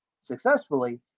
successfully